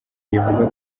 rivuga